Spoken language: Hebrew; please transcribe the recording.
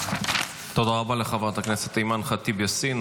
תודה רבה לחברת הכנסת אימאן ח'טיב יאסין.